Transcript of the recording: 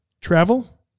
Travel